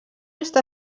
està